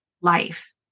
life